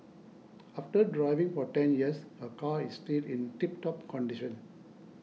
after driving for ten years her car is still in tip top condition